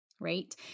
right